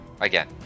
Again